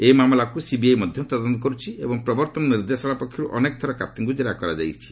ଏହି ମାମଲାକୁ ସିବିଆଇ ମଧ୍ୟ ତଦନ୍ତ କରୁଛି ଏବଂ ପ୍ରବର୍ତ୍ତନ ନିର୍ଦ୍ଦେଶାଳୟ ପକ୍ଷରୁ ଅନେକ ଥର କାର୍ତ୍ତିଙ୍କୁ ଜେରା କରାଯାଇଛି